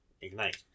ignite